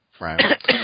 Right